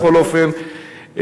בכל אופן,